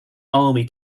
army